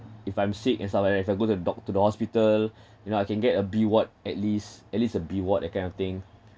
if I'm sick and stuff like that if I go to doc to the hospital you know I can get a B ward at least at least a B ward that kind of thing